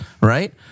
right